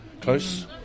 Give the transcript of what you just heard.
Close